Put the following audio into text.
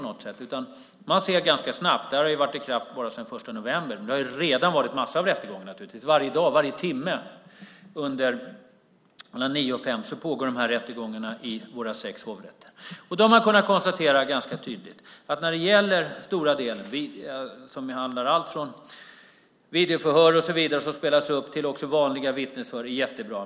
Det här har varit i kraft sedan den 1 november, men det har naturligtvis redan varit en massa rättegångar. Varje dag, varje timme mellan 9 och 17 pågår det rättegångar i våra sex hovrätter. Man har ganska tydligt kunnat konstatera att det när det gäller allt från videoförhör som spelas upp till vanliga vittnesförhör är jättebra.